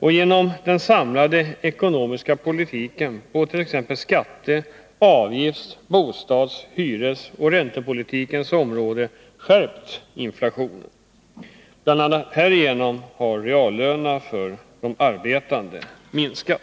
och till följd av den samlade ekonomiska politiken på t.ex. skatte-, avgifts-, bostads-, hyresoch räntepolitikens område har inflationen skärpts. Bl. a. härigenom har reallönerna för de arbetande minskat.